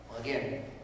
Again